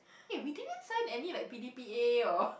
eh we didn't sign any like P D P A or